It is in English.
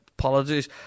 ...apologies